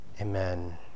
Amen